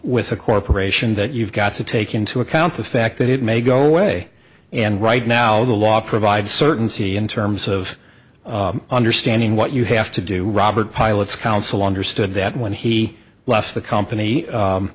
with a corporation that you've got to take into account the fact that it may go away and right now the law provides certainty in terms of understanding what you have to do robert pilots council understood that when he left the company